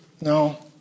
No